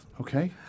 okay